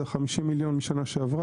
זה ה-50 מיליון משנה שעברה.